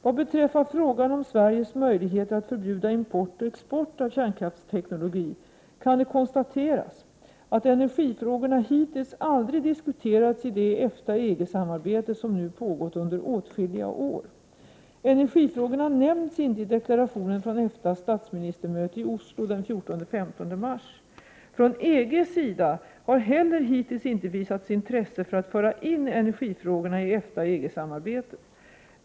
Vad beträffar frågan om Sveriges möjligheter att förbjuda import och export av kärnkraftsteknologi kan det konstateras att energifrågorna hittills aldrig diskuterats i det EFTA-EG-samarbete som nu pågått under åtskilliga år. Energifrågorna nämns inte i deklarationen från EFTA:s statsministermöte i Oslo den 14-15 mars. Från EG:s sida har heller inte visats intresse för att föra in energifrågorna i EFTA-EG-samarbetet.